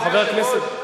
חבר הכנסת,